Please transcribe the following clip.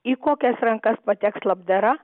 į kokias rankas pateks labdara